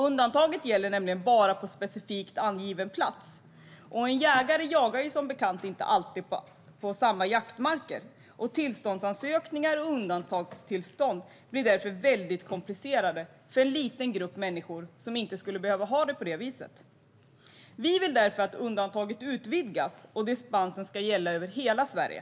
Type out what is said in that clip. Undantaget gäller nämligen bara på specifikt angiven plats, och en jägare jagar inte alltid på samma jaktmarker. Tillståndsansökningar och undantagstillstånd blir därför väldigt komplicerade för en liten grupp människor som inte skulle behöva ha det på det viset. Vi vill därför att undantaget utvidgas och att dispensen ska gälla över hela Sverige.